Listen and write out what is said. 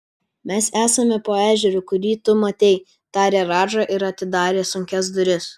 mes esame po ežeru kurį tu matei tarė radža ir atidarė sunkias duris